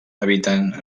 habiten